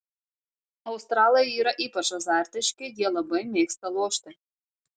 australai yra ypač azartiški jie labai mėgsta lošti